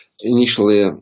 initially